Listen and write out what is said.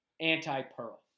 anti-Pearl